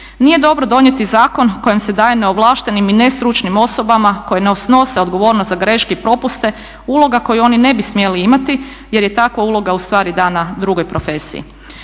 Nije dobro donijeti zakon kojim se daje neovlaštenim i nestručnim osobama koje … snose odgovornost za greške i propuste uloga koju oni ne bi smjeli imati jer je takva uloga ustvari dana drugoj profesiji.